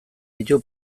ditu